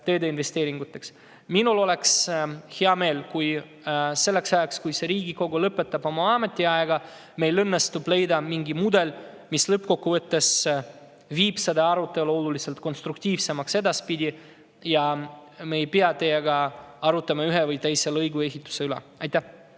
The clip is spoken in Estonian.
teedeinvesteeringuteks juurde. Minul oleks hea meel, kui selleks ajaks, kui see Riigikogu lõpetab oma ametiaja, meil õnnestub leida mingi mudel, mis lõppkokkuvõttes teeb selle arutelu edaspidi oluliselt konstruktiivsemaks, ja me ei pea teiega arutama ühe või teise lõigu ehituse üle. Aitäh